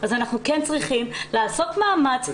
אנחנו כן צריכים לעשות מאמץ,